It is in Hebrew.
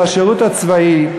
של השירות הצבאי,